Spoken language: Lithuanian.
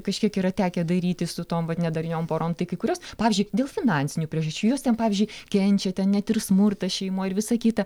kažkiek yra tekę daryti su tom vat nedarniom porom tai kai kurios pavyzdžiui dėl finansinių priežasčių jos ten pavyzdžiui kenčia ten net ir smurtą šeimoj ir visa kita